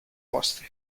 posti